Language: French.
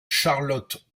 charlotte